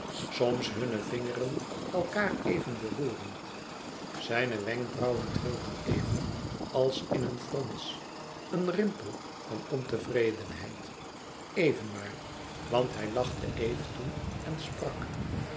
soms hunne vingeren elkaâr even beroerend zijne wenkbrauwen trilden even als in een frons een rimpel van ontevredenheid éven maar want hij lachte eve toe en sprak